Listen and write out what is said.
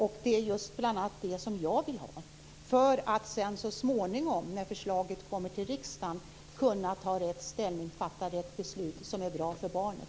Det är just det jag vill ha för att så småningom, när förslaget kommer till riksdagen, kunna ta rätt ställning och fatta rätt beslut som är bra för barnen.